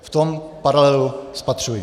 V tom paralelu spatřuji.